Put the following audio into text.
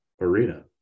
arena